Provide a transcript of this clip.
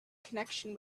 connection